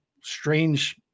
strange